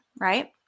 right